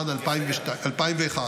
זה נעשה על ידי בשנת 2001